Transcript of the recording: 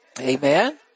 Amen